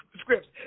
scripts